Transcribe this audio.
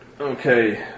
Okay